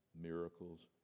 miracles